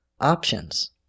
options